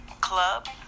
club